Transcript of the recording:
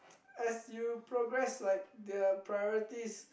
as you progress like the priorities